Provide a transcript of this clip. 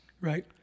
right